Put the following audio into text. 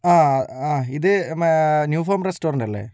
ആ ആ ഇത് ന്യൂ ഫോം റെസ്റ്റോറൻറ് അല്ലേ